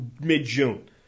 mid-June